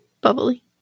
Bubbly